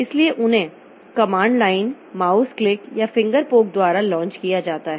इसलिए उन्हें command line mouse click या फिंगर पोक द्वारा लॉन्च किया जाता है